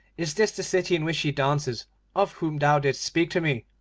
is this the city in which she dances of whom thou didst speak to me